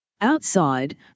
outside